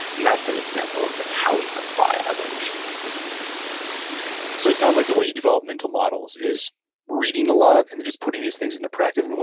and that's an example of like how we can apply evolution to business so, it sounds like the way you develop mental models is reading a lot and just putting these things into practice.